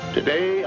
Today